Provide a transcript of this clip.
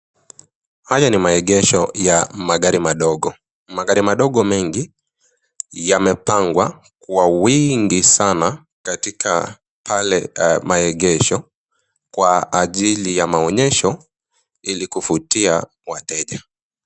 Haya ni maegesho ya magari madogo. Magari madogo mengi yamepangwa kwa wingi sana katika pale maegesho, kwa ajili ya maonyesho ili kuvutia wateja.